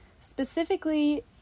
specifically